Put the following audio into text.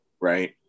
Right